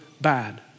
bad